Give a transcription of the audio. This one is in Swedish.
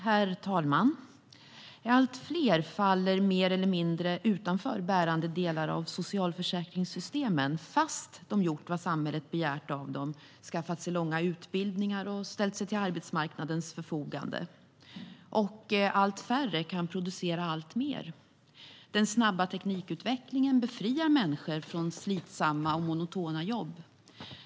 Herr talman! Allt fler faller mer eller mindre utanför bärande delar av socialförsäkringssystemen trots att de gjort vad samhället begärt av dem, skaffat sig långa utbildningar och ställt sig till arbetsmarknadens förfogande. Allt färre kan producera allt mer. Den snabba teknikutvecklingen befriar människor från slitsamma och monotona jobb.